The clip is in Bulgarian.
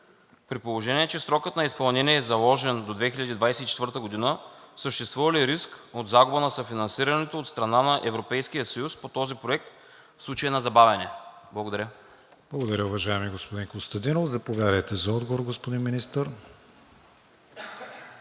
При положение че срокът за изпълнение е заложен до 2024 г., съществува ли риск от загуба на съфинансирането от страна на Европейския съюз по този проект в случай на забавяне? Благодаря. ПРЕДСЕДАТЕЛ КРИСТИАН ВИГЕНИН: Благодаря, уважаеми господин Костадинов. Заповядайте за отговор, господин Министър.